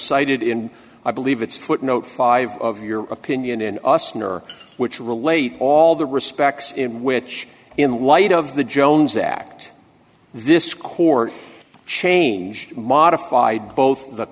cited in i believe it's footnote five of your opinion in austin or which relate all the respects in which in light of the jones act this court changed modified both the